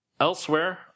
Elsewhere